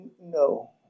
no